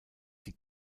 die